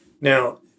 Now